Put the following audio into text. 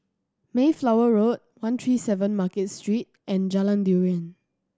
Mayflower Road one three seven Market Street and Jalan Durian